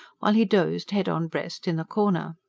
while he dozed, head on breast, in the corner.